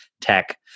tech